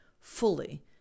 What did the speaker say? fully